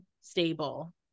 stable